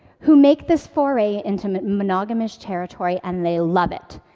who make this foray into monogamish territory, and they love it.